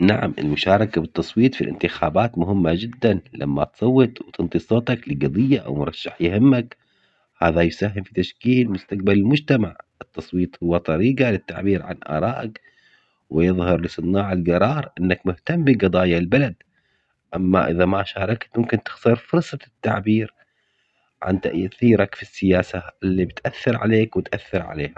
نعم المشاركة بالتصويت في الانتخابات مهمة جداً لما تصوت وتنطي صوتك قضية أو مرشح يهمك هذا يساهم في تشكيل مستقبل المجتمع، التصويت هو طريقة للتعبير عن آرائك ويظهر لصناع القرار إنك مهتم بقضايا البلد، أما إذا ما شاركت ممكن تخسر فرصة التعبير عن تأثيرك في السياسة اللي بتأثر عليك وتأثر علينا.